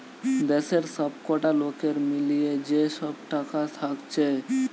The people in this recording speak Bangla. দেশের সবকটা লোকের মিলিয়ে যে সব টাকা থাকছে